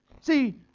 See